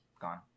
Gone